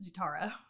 Zutara